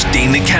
Dana